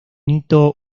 hito